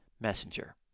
messenger